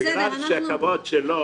בעיקר שהכבוד שלו,